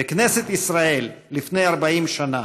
בכנסת ישראל, לפני 40 שנה.